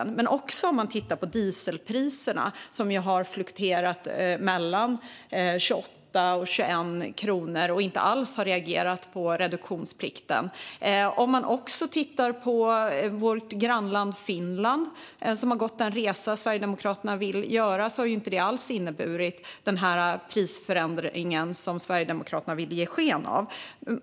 Det är också svårt att förstå när man tittar på dieselpriserna, som ju har fluktuerat mellan 28 och 21 kronor och inte alls har reagerat på reduktionsplikten. Man kan dessutom titta på vårt grannland Finland, som har gjort den resa som Sverigedemokraterna vill göra. Där har den inte alls inneburit den prisförändring som Sverigedemokraterna ville ge sken av skulle inträffa.